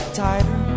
tighter